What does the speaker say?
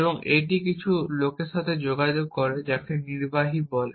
এবং এটি কিছু লোকের সাথে যোগাযোগ করে যাকে নির্বাহী বলে